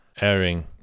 airing